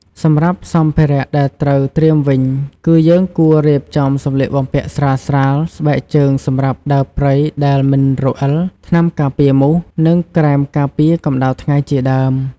សម្រាប់សម្ភារៈដែលត្រូវត្រៀមវិញ គឺយើងគួររៀបចំសម្លៀកបំពាក់ស្រាលៗ ស្បែកជើងសម្រាប់ដើរព្រៃដែលមិនរអិល ថ្នាំការពារមូស និងក្រែមការពារកម្ដៅថ្ងៃជាដើម។